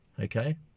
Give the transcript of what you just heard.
Okay